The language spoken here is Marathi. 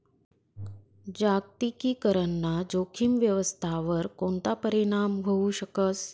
जागतिकीकरण ना जोखीम व्यवस्थावर कोणता परीणाम व्हवू शकस